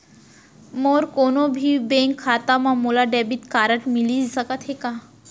मोर कोनो भी बैंक खाता मा मोला डेबिट कारड मिलिस सकत हे का?